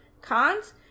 Cons